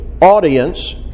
audience